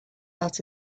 out